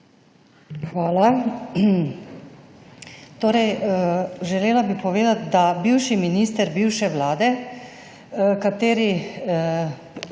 Hvala. Želela bi povedati, da bivši minister bivše vlade, ki